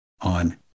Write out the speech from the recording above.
on